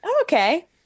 okay